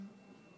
גברתי